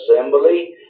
assembly